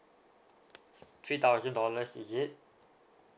three thousand dollars is it